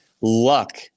luck